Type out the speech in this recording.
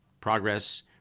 progress